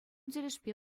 тӗлӗшпе